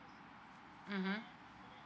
mmhmm